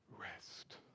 rest